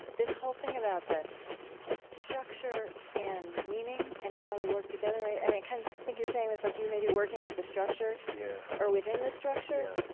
this whole thing about the structure and meaning and how they work together i i kind of think you're saying this like you may be working with the structure yeah or within the structure,